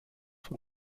von